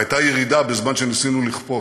הייתה ירידה בזמן שניסינו לכפות,